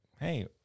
Hey